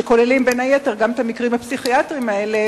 שבין היתר כוללים גם את המקרים הפסיכיאטריים האלה,